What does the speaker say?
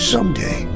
Someday